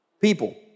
people